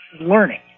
learning